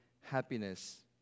happiness